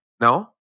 No